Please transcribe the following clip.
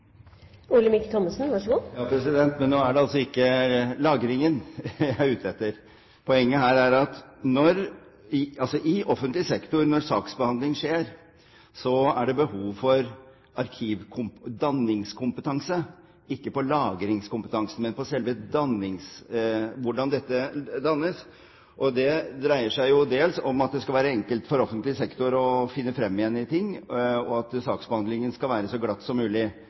offentlig sektor, når saksbehandling skjer, er behov for arkivdanningskompetanse, ikke lagringskompetanse, og hvordan dette dannes. Det dreier seg jo dels om at det skal være enkelt for offentlig sektor å finne frem igjen i ting, og at saksbehandlingen skal være så glatt som mulig